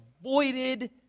avoided